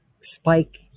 spike